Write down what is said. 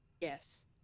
Yes